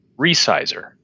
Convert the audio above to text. resizer